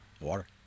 water